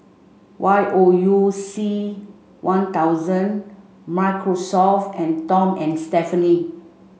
Y O U C One thousand Microsoft and Tom and Stephanie